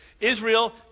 Israel